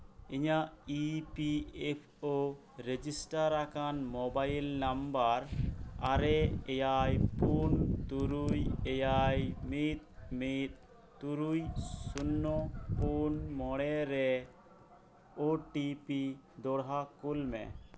ᱤᱧᱟᱹᱜ E P F O register ᱟᱠᱟᱱ mobile number ᱟᱨᱮ ᱮᱭᱟᱭ ᱯᱩᱱ ᱛᱩᱨᱩᱭ ᱮᱭᱟᱭ ᱢᱤᱫᱽ ᱢᱤᱫᱽ ᱛᱩᱨᱩᱭ ᱥᱩᱱᱱᱳ ᱯᱩᱱ ᱢᱚᱲᱮ ᱨᱮ ᱳ ᱴᱤ ᱯᱤ ᱫᱚᱲᱦᱟ ᱠᱳᱞ ᱢᱮ